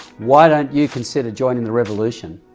why don't you consider joining the revolution?